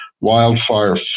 wildfire